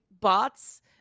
bots